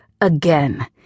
Again